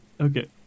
Okay